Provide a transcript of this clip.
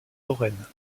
lorraine